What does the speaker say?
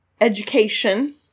education